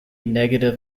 negative